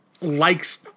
likes